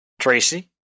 Tracy